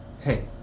hey